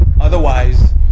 Otherwise